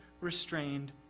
restrained